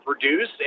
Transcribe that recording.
produce